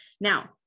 Now